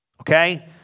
okay